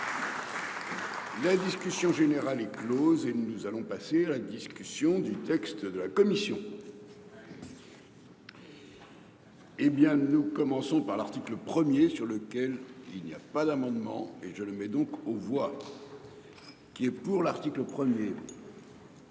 La discussion générale est Close et nous allons passer la discussion du texte de la commission. Eh bien nous commençons par l'article 1er sur lequel il n'y a pas d'amendement et je le mets donc aux voix. Qui est pour l'article 1er.